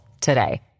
today